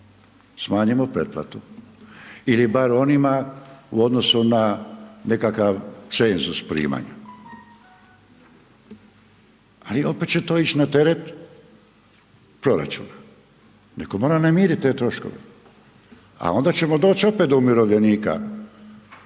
smanjimo pretplatu, ili bar onima u odnosu na nekakav cenzus primanja. Ali, opet će to ići na teret proračuna. Netko mora namiriti te troškove. A onda ćemo doći opet do umirovljenika